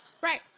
Right